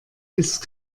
ist